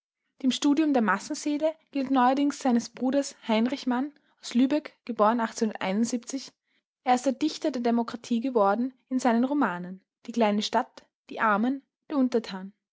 dem studium der massenseele gilt neuerdings seines bruders heinrich mann aus lübeck er ist der dichter der demokratie geworden in seinen romanen die kleine stadt die armen der